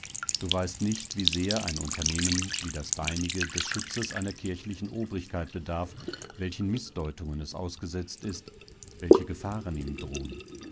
du weißt nicht wie sehr ein unternehmen wie das deinige des schutzes einer kirchlichen obrigkeit bedarf welchen mißdeutungen es ausgesetzt ist welche gefahren ihm drohen